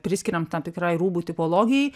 priskiriam tam tikrai rūbų tipologijai